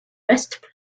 best